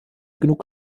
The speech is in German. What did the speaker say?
genug